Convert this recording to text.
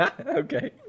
Okay